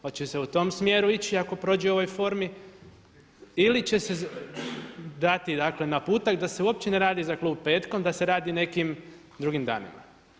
Hoće se u tom smjeru ići ako prođe u ovoj formi ili će se dati, dakle naputak da se uopće ne radi za klub petkom, da se radi nekim drugim danima.